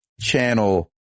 channel